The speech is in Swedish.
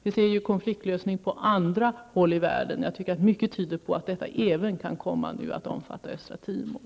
Vi ser ju konfliktlösningar på andra håll i världen -- jag tycker att detta nu kan komma att omfatta även